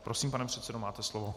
Prosím, pane předsedo, máte slovo.